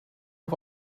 auf